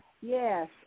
yes